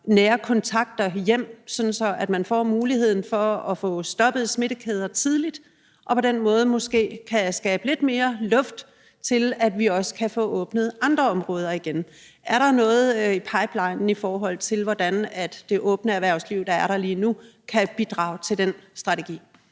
nære kontakter hjem, sådan at man får mulighed for at få stoppet smittekæder tidligt og på den måde måske kan skabe lidt mere luft til, at vi også kan få åbnet andre områder igen. Er der noget i pipelinen, i forhold til hvordan den del af erhvervslivet, der er åben lige nu, kan bidrage til den strategi?